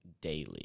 daily